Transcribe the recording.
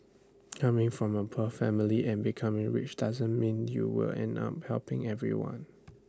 coming from A poor family and becoming rich doesn't mean you will end up helping everyone